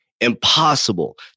impossible